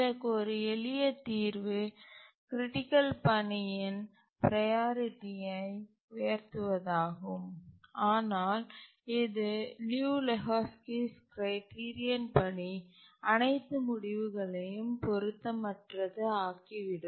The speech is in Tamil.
இதற்கு ஒரு எளிய தீர்வு கிரிட்டிக்கல் பணியின் ப்ரையாரிட்டியை உயர்த்துவதாகும் ஆனால் இது லியு லெஹோஸ்கியின் criterion Liu Lehoczky's criterion படி அனைத்து முடிவுகளையும் பொருத்தமற்றது ஆகிவிடும்